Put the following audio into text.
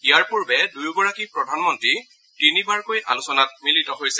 ইয়াৰ পূৰ্বে দুয়োগৰাকী প্ৰধানমন্ত্ৰী তিনিবাৰকৈ আলোচনাত মিলিত হৈছে